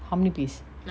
how many piece